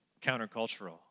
countercultural